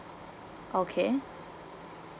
okay